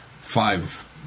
five